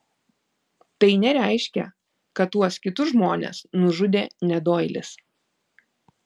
tai nereiškia kad tuos kitus žmones nužudė ne doilis